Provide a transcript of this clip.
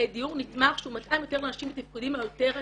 דיור נתמך שהוא מותאם יותר לאנשים בתפקודים היותר עצמאיים.